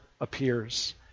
appears